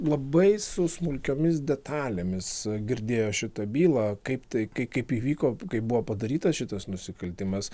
labai su smulkiomis detalėmis girdėjo šitą bylą kaip tai kai kaip įvyko kai buvo padarytas šitas nusikaltimas